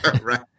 Right